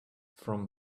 from